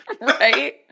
Right